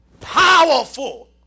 powerful